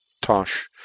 TOSH